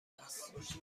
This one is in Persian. است